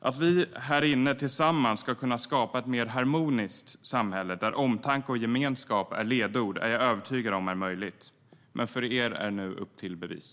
Att vi härinne tillsammans ska kunna skapa ett mer harmoniskt samhälle där omtanke och gemenskap är ledord är jag övertygad om är möjligt. För er är det nu upp till bevis.